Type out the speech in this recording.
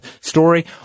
story